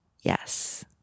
Yes